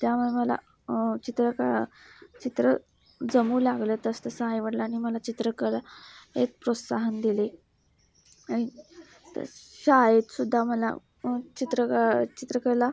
त्यामुळे मला चित्रकला चित्र जमू लागलं तस तसं आईवडलांनी मला चित्रकला एक प्रोत्साहन दिले आणि शाळेतसुद्धा मला चित्र का चित्रकला